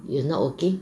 you not working